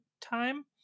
time